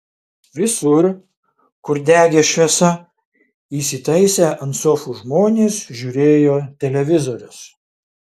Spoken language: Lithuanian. visur kur degė šviesa įsitaisę ant sofų žmonės žiūrėjo televizorius